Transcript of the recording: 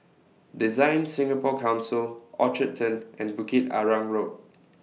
Design Singapore Council Orchard Turn and Bukit Arang Road